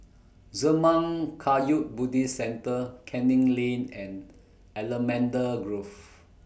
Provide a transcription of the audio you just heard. Zurmang Kagyud Buddhist Centre Canning Lane and Allamanda Grove